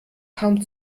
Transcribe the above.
kaum